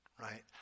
right